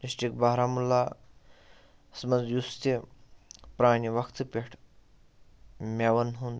district بارہمُلہَس منٛز ہُس تہِ پرٛانہِ وَقتہٕ پٮ۪ٹھ میوَن ہُنٛد